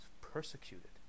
persecuted